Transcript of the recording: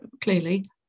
clearly